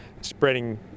spreading